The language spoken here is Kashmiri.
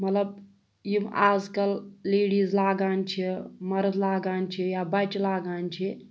مطلب یِم آز کَل لیڈیٖز لاگان چھِ مَرٕد لاگان چھِ یا بَچہِ لاگان چھِ